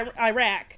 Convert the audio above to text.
Iraq